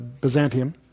Byzantium